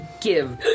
give